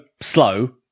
slow